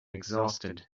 exhausted